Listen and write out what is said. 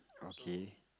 okay